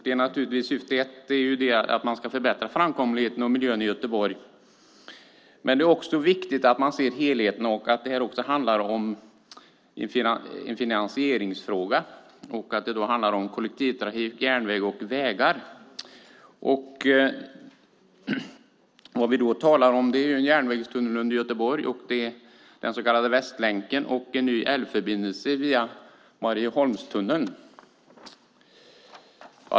Det första syftet är att man ska förbättra framkomligheten och miljön i Göteborg. Men det är också viktigt att man ser helheten och att det också är en finansieringsfråga. Det handlar då om kollektivtrafik, järnväg och vägar. Vad vi talar om är en järnvägstunnel under Göteborg, den så kallade Västlänken, och en ny älvförbindelse via Marieholmstunneln.